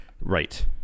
Right